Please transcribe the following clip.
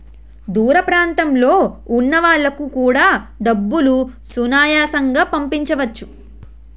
దూర ప్రాంతంలో ఉన్న వాళ్లకు కూడా డబ్బులు సునాయాసంగా పంపించవచ్చు